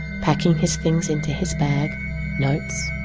packing his things into his bag notes,